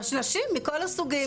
נשים מכל הסוגים.